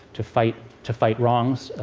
to fight to fight wrongs,